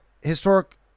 historic